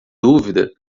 dúvida